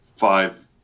five